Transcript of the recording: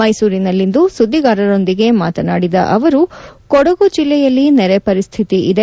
ಮೈಸೂರಿನಲ್ಲಿಂದು ಸುದ್ದಿಗಾರರೊಂದಿಗೆ ಮಾತನಾಡಿದ ಅವರು ಕೊಡಗು ಜಿಲ್ಲೆಯಲ್ಲಿ ನೆರೆ ಪರಿಸ್ಡಿತಿ ಇದೆ